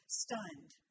stunned